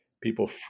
people